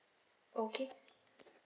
okay